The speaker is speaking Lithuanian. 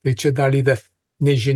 bet čia dar yra nežinia